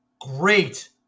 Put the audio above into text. great